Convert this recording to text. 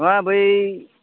नङा बै